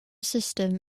system